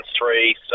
three